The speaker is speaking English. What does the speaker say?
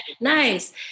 Nice